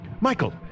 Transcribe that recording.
Michael